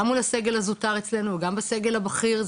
גם מול הסגל הזוטר אצלנו וגם בסגל הבכיר.